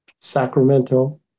Sacramento